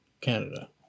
Canada